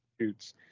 shoots